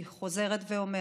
אני חוזרת ואומרת: